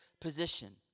position